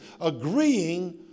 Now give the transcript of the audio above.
agreeing